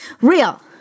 Real